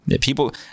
People